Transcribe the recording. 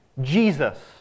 Jesus